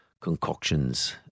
concoctions